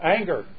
Anger